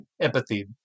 empathy